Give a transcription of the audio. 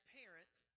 parents